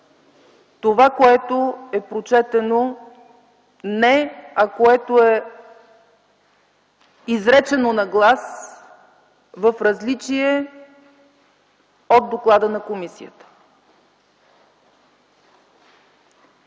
това, което е прочетено – не, а което е изречено на глас в различие от доклада на комисията.